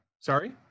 Sorry